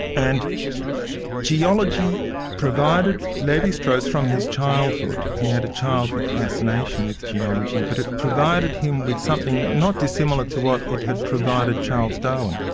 and geology provided levi-strauss from his childhood he had a childhood fascination with geology but it provided him with something not dissimilar to what it had provided charles darwin,